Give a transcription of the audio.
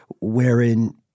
wherein